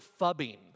fubbing